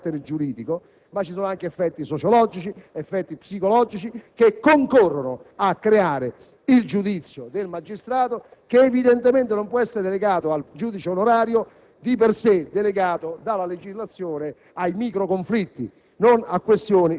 Su tali vicende non si giudica solamente secondo cognizioni di carattere giuridico dato che effetti sociologici e psicologici concorrono a creare il giudizio del magistrato, giudizio che evidentemente non può essere affidato al giudice onorario,